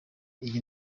iyi